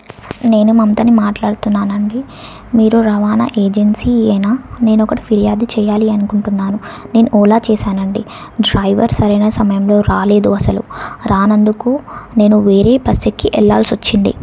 నేను మమతని మాట్లాడుతున్నాను అండి మీరు రవాణా ఏజెన్సీయేనా నేను ఒకటి ఫిర్యాదు చేయాలి అనుకుంటున్నాను నేను ఓలా చేసాను అండి డ్రైవర్ సరైన సమయంలో రాలేదు అసలు రానందుకు నేను వేరే బస్సు ఎక్కి వెళ్ళాల్సి వచ్చింది